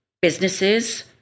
businesses